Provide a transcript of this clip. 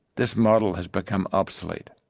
this model has become obsolete.